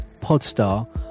Podstar